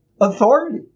authority